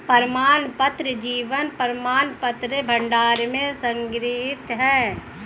प्रमाणपत्र जीवन प्रमाणपत्र भंडार में संग्रहीत हैं